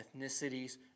ethnicities